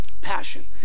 Passion